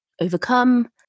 overcome